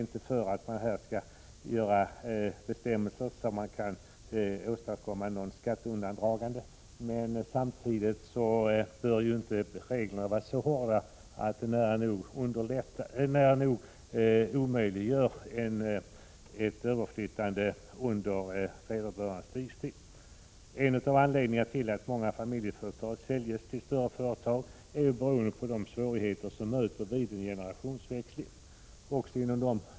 Jag förordar inte att vi skall skapa bestämmelser som åstadkommer skatteundandragande, men samtidigt bör inte reglerna vara så hårda att de nära nog omöjliggör ett överflyttande under vederbörandes livstid. En av anledningarna till att många familjeföretag säljs till större företag är just de svårigheter som möter vid generationsväxlingar.